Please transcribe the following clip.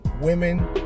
women